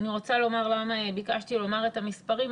אני רוצה לומר למה ביקשתי לומר את המספרים.